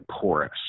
porous